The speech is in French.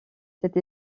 cette